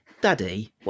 daddy